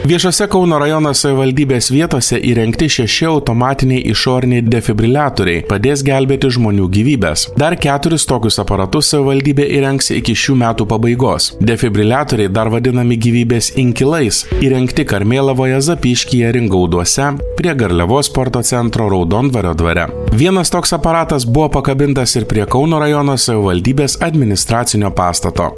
viešose kauno rajono savivaldybės vietose įrengti šeši automatiniai išoriniai defibriliatoriai padės gelbėti žmonių gyvybes dar keturis tokius aparatus savivaldybė įrengs iki šių metų pabaigos defibriliatoriai dar vadinami gyvybės inkilais įrengti karmėlavoje zapyškyje ringauduose prie garliavos sporto centro raudondvario dvare vienas toks aparatas buvo pakabintas ir prie kauno rajono savivaldybės administracinio pastato